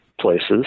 places